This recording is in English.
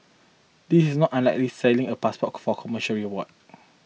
this is not unlike at selling a passport for commercial reward